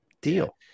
deal